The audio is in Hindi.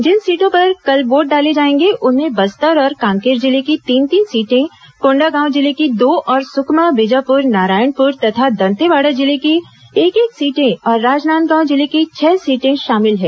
जिन सीटों पर कल वोट डाले जाएंगे उनमें बस्तर और कांकेर जिले की तीन तीन सीटें कोंडागांव जिले की दो और सुकमा बीजापुर नारायणपुर तथा दंतेवाड़ा जिले की एक एक सीटें और राजनांदगांव जिले की छह सीटें शामिल हैं